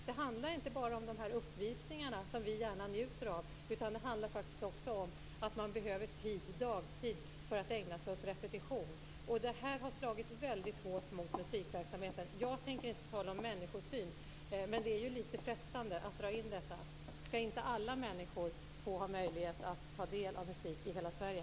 Det handlar ju inte bara om de uppvisningar som vi gärna njuter av, utan det handlar faktiskt också om att man behöver dagtid för att ägna sig åt repetition. Det här har slagit väldigt hårt mot musikverksamheten. Jag tänker inte tala om människosyn men det är lite frestande att dra in den saken. Skall inte alla människor få ha möjlighet att ta del av musik i hela Sverige?